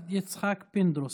תודה,